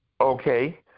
Okay